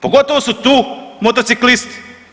Pogotovo su tu motociklisti.